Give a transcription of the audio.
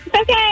Okay